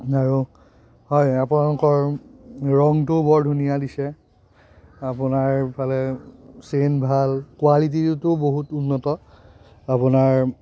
আৰু হয় আপোনালোকৰ ৰংটোও বৰ ধুনীয়া দিছে আপোনাৰ এইফালে চেইন ভাল কোৱালিটিটোও বহুত উন্নত আপোনাৰ